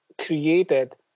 created